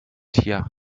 tja